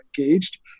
engaged